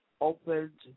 opened